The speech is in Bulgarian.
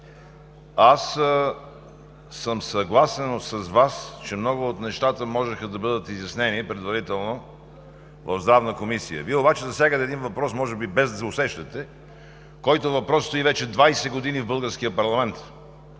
аз съм съгласен с Вас, че много от нещата можеха да бъдат изяснени предварително в Здравна комисия. Вие обаче засягате един въпрос може би, без да се усещате, който въпрос стои вече 20 години в българския парламент